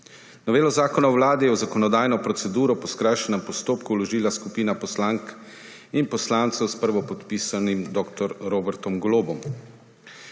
Novelo zakona o Vladi je v zakonodajno proceduro po skrajšanem postopku vložila skupina poslank in poslancev s prvopodpisanim dr. Robertom Golobom.